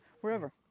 wherever